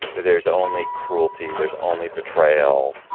there's only cruelty there's only betrayal.